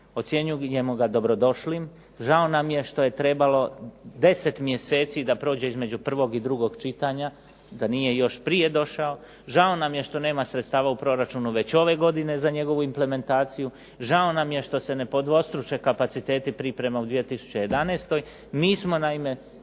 ocjenjujemo ga dobrodošlim. Žao nam je što je trebalo 10 mjeseci da prođe između prvog i drugog čitanja, da nije još prije došao, žao nam je što nema sredstava u proračunu već ove godine za njegovu implementaciju, žao nam je što se ne podvostruče kapaciteti priprema u 2011. Mi smo naime